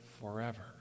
forever